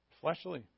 fleshly